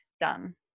done